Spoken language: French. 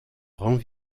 rend